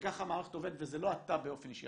וככה המערכת עובדת וזה לא אתה באופן אישי,